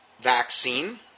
vaccine